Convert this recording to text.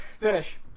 Finish